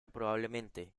probablemente